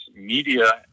media